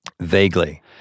Vaguely